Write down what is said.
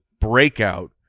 breakout